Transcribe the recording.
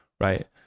right